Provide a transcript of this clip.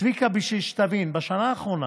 צביקה, בשביל שתבין, בשנה האחרונה